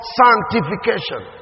sanctification